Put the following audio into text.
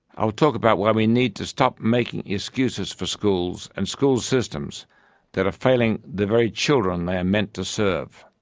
i will talk about why we need to stop making excuses for schools and school systems that are failing the very children they are meant to serve.